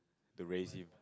to raise him